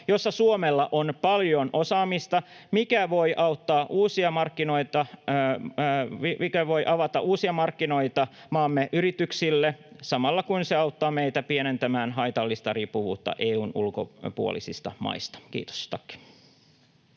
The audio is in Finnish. jossa Suomella on paljon osaamista, mikä voi avata uusia markkinoita maamme yrityksille samalla, kun se auttaa meitä pienentämään haitallista riippuvuutta EU:n ulkopuolisista maista. — Kiitos,